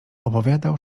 opowiadał